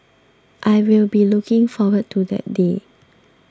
I will be looking forward to that day